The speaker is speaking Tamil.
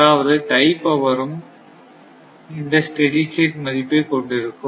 அதாவது டை பவரும் இந்த ஸ்டெடி ஸ்டேட் மதிப்பை கொண்டிருக்கும்